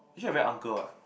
actually I very uncle what